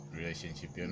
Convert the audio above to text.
relationship